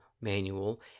manual